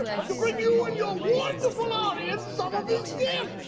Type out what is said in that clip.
ah and to bring you and your wonderful audience some of these